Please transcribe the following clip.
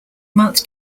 month